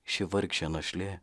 ši vargšė našlė